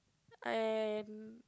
and